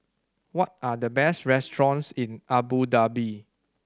what are the best restaurants in Abu Dhabi